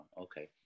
okay